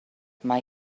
mae